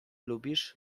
lubisz